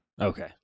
Okay